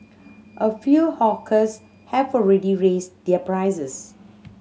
a few hawkers have already raised their prices